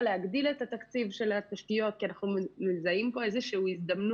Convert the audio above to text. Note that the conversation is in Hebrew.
להגדיל את התקציב של התשתיות כי אנחנו מזהים הזדמנות,